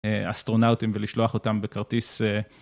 אסטרונאוטים ולשלוח אותם בכרטיס.